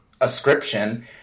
ascription